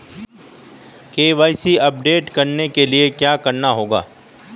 KYC update करने के लिए क्या करना होगा?